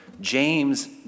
James